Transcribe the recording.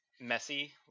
messy